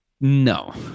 No